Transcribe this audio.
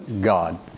God